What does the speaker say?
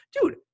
Dude